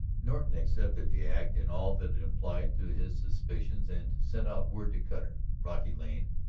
norton accepted the act in all that it implied to his suspicions and sent out word to cutter, brocky lane,